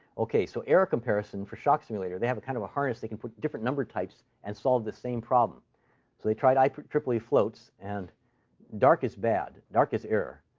ok. so error comparison for shock simulator they have a kind of a harness. they can put different number types and solve the same problem. so they tried ieee floats. and dark is bad. dark is error.